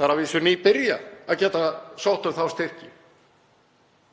Það er að vísu nýtt að hægt sé að sækja um þá styrki.